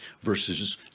versus